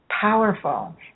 powerful